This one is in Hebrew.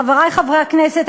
חברי חברי הכנסת,